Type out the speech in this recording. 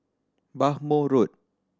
Bhamo Road